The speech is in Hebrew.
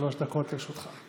שלוש דקות לרשותך.